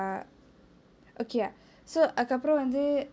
err okay so அதுக்கு அப்ரொ வந்து:athuku apro vanthu